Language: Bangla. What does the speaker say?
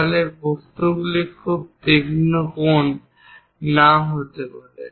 তাহলে এই বস্তুগুলোর খুব তীক্ষ্ণ কোণ নাও থাকতে পারে